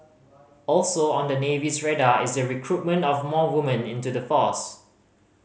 also on the Navy's radar is the recruitment of more woman into the force